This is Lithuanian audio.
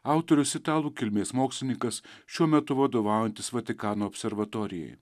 autorius italų kilmės mokslininkas šiuo metu vadovaujantis vatikano observatorijai